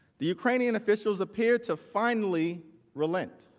the ukrainian officials appeared to finally relent.